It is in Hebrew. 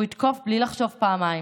הוא יתקוף בלי לחשוב פעמיים.